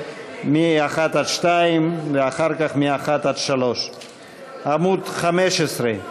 מ-1 עד 2 ואחר כך מ-1 עד 3. עמוד 15?